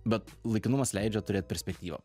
bet laikinumas leidžia turėt perspektyvą